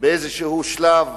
באיזה שלב,